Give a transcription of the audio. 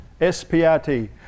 S-P-I-T